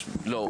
לא,